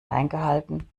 eingehalten